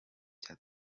cya